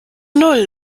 null